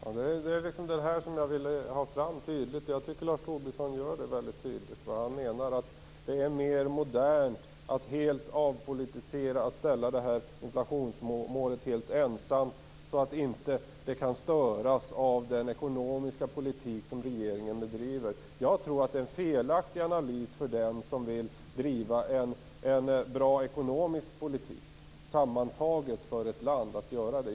Fru talman! Det är just det här jag ville ha fram tydligt. Jag tycker att Lars Tobisson gör väldigt tydligt vad han menar, nämligen att det är mer modernt att helt avpolitisera det här och ställa inflationsmålet helt ensamt så att det inte kan störas av den ekonomiska politik som regeringen bedriver. Jag tror att detta är en felaktig analys för den som vill driva en bra ekonomisk politik sammantaget för ett land.